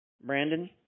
Brandon